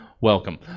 Welcome